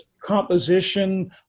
composition